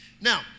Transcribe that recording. Now